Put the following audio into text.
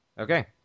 okay